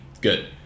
Good